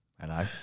Hello